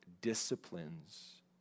disciplines